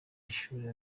ishuri